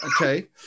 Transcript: Okay